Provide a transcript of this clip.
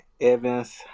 Evans